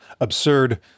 absurd